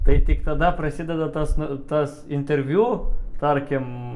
tai tik tada prasideda tas nu tas interviu tarkim